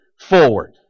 forward